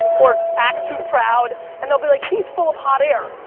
or act too proud, and they'll be like, he's full of hot air.